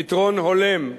פתרון הולם,